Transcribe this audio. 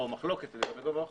או מחלוקת לגבי גובה החוב,